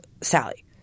Sally